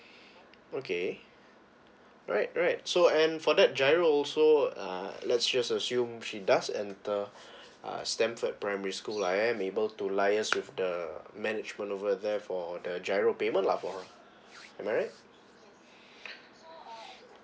okay right right so and for that giro also uh let's just assume she does enter uh stamford primary school I am able to liaise with the management over there for the giro payment lah for am I right